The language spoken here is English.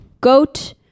goat